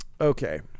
okay